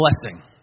blessing